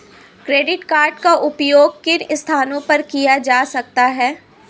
Credit card का उपयोग किन स्थानों पर किया जा सकता है?